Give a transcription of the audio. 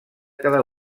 cada